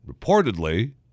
reportedly